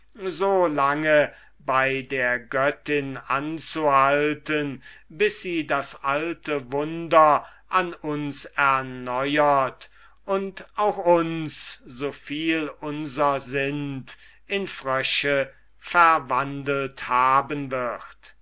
so lange bei der göttin anzuhalten bis sie das alte wunder an uns erneuert und auch uns so viel unsrer sind in frösche verwandelt haben wird